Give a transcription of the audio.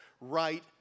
right